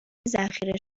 ذخیره